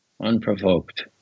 unprovoked